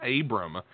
Abram